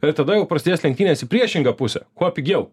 ir tada jau prasidės lenktynės į priešingą pusę kuo pigiau